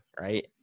right